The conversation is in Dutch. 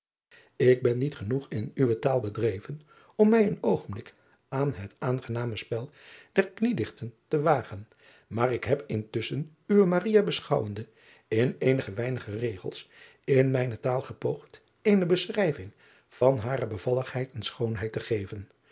k ben niet genoeg in uwe taal bedreven om mij een oogenblik aan het aangename spel der kniedichten te wagen maar ik heb intusschen uwe beschouwende in eenige weinige regels in mijne taal gepoogd eene beschrijving van hare bevalligheid en schoonheid te geven